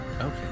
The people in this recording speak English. Okay